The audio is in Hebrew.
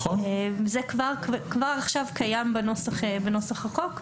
כבר עכשיו זה קיים בנוסח החוק.